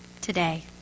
today